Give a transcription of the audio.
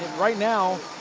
right no